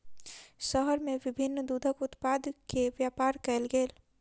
शहर में विभिन्न दूधक उत्पाद के व्यापार कयल गेल